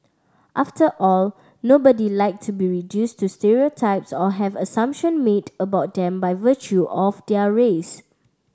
after all nobody like to be reduced to stereotypes or have assumption made about them by virtue of their race